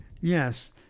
Yes